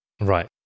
Right